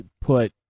put